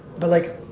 but like